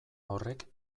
horrek